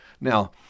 Now